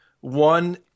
One